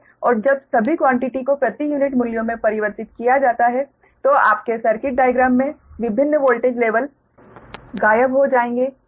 और जब सभी क्वान्टिटी को प्रति यूनिट मूल्यों में परिवर्तित किया जाता है तो आपके सर्किट डाइग्राम में विभिन्न वोल्टेज लेवल गायब हो जाएंगे